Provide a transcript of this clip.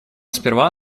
сперва